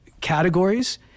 categories